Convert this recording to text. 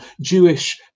Jewish